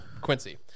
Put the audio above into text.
Quincy